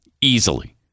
Easily